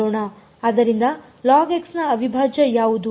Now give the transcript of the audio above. ಆದ್ದರಿಂದ ನ ಅವಿಭಾಜ್ಯ ಯಾವುದು